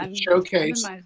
showcase